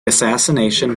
assassination